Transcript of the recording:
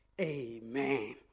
Amen